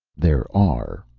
there are,